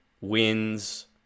wins